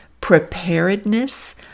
preparedness